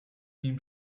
nim